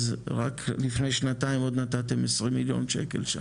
אז רק לפני שנתיים נתתם 20 מיליון שקל.